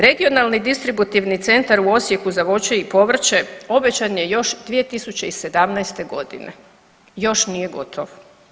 Regionalni distributivni centar u Osijeku za voće i povrće obećan je još 2017. g. Još nije gotov.